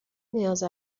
نیاز